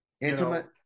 intimate